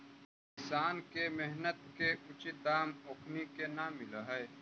किसान के मेहनत के उचित दाम ओखनी के न मिलऽ हइ